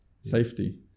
safety